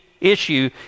issue